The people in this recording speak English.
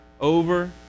over